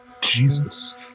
Jesus